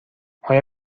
آیا